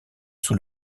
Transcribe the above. sous